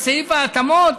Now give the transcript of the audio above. את סעיף ההתאמות,